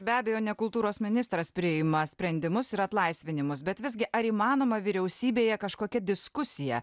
be abejo ne kultūros ministras priima sprendimus ir atlaisvinimus bet visgi ar įmanoma vyriausybėje kažkokia diskusija